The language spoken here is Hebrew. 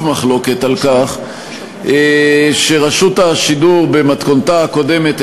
מחלוקת על כך שרשות השידור במתכונתה הקודמת,